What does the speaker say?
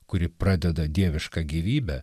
kuri pradeda dievišką gyvybę